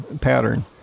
pattern